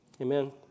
Amen